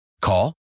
Call